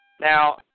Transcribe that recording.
Now